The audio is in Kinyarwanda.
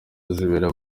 rizabera